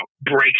breaks